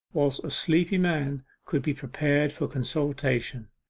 whilst a sleepy man could be prepared for consultation,